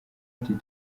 ati